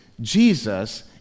Jesus